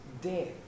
death